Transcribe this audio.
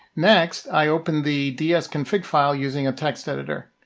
next, i open the dsconfig file using a text editor.